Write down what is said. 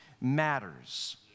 matters